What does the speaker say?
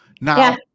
now